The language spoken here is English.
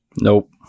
Nope